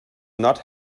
not